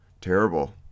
terrible